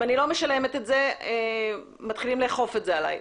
אם אני לא משלמת את זה, מתחילים לאכוף את זה עליי.